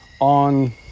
on